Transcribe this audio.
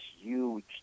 huge